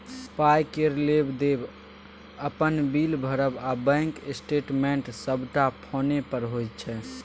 पाइ केर लेब देब, अपन बिल भरब आ बैंक स्टेटमेंट सबटा फोने पर होइ छै